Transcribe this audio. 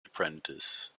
apprentice